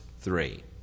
three